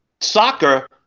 soccer